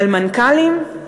על מנכ"לים?